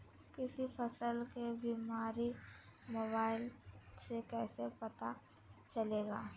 किसी फसल के बीमारी मोबाइल से कैसे पता चलेगा?